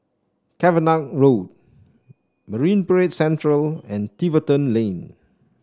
Cavenagh Road Marine Parade Central and Tiverton Lane